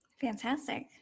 Fantastic